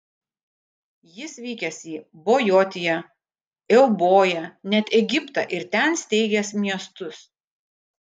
jis vykęs į bojotiją euboją net egiptą ir ten steigęs miestus